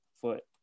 foot